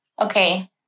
Okay